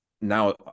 now